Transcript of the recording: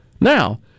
Now